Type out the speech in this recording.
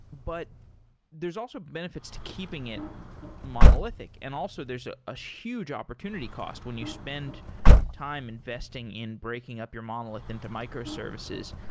but there's also benefits to keeping it monolithic. and also, there's ah a huge opportunity cost when you spend time investing in breaking up your monolith into microservices.